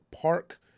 Park